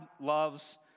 loves